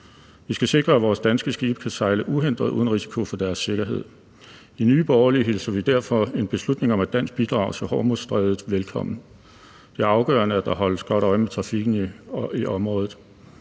Vi skal sikre, at vores danske skibe kan sejle uhindret uden risiko for deres sikkerhed. I Nye Borgerlige hilser vi derfor en beslutning om et dansk bidrag til Hormuzstrædet velkommen. Det er afgørende, at der holdes godt øje med trafikken i området.